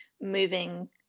moving